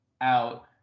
out